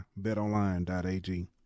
BetOnline.ag